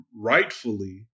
rightfully